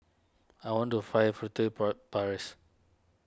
I want to fire Furtere Paris